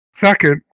Second